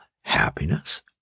happiness